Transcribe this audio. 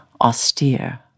austere